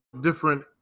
different